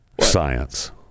science